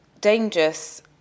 dangerous